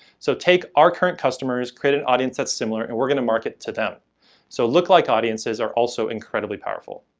so take our current customers, create an audience that's similar and we're going to market to them so lookalike audiences are also incredibly powerful.